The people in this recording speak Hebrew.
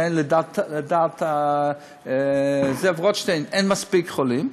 לדעת זאב רוטשטיין אין מספיק חולים,